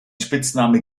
spitzname